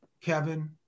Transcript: Kevin